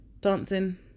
Dancing